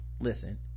listen